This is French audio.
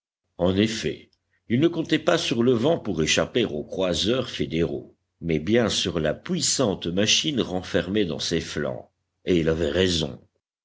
en effet il ne comptait pas sur le vent pour échapper aux croiseurs fédéraux mais bien sur la puissante machine renfermée dans ses flancs et il avait raison